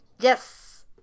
Yes